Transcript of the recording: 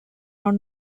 are